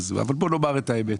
אבל בואו נאמר את האמת.